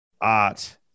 art